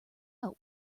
out